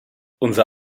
unser